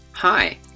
Hi